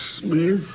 Smith